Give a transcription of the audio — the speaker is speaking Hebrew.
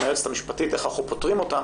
היועצת המשפטית איך אנחנו פותרים אותן,